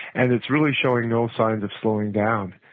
and it's really showing no signs of slowing down